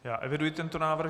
Já eviduji tento návrh.